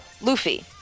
Luffy